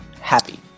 happy